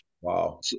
Wow